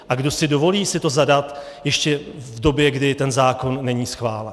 A kdo si dovolí si to zadat ještě v době, kdy zákon není schválen?